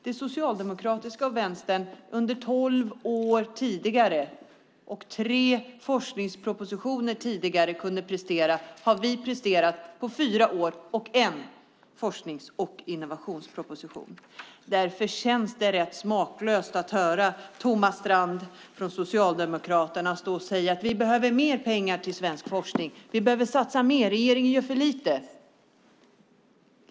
Det Socialdemokraterna och Vänstern kunde prestera under tolv år och tre forskningspropositioner har vi presterat på fyra år och en forsknings och innovationsproposition. Därför känns det rätt smaklöst när Thomas Strand från Socialdemokraterna står och säger att vi behöver mer pengar till svensk forskning, att vi behöver satsa mer och att regeringen gör för lite.